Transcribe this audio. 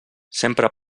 sempre